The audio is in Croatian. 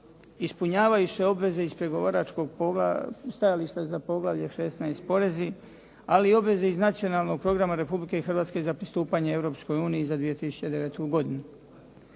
ispunjavaju se obveze iz pregovaračkog stajališta za poglavlje 16. – porezi, ali i obveze iz nacionalnog programa Republike Hrvatske za pristupanje Europskoj uniji za 2009. godinu.